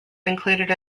included